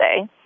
say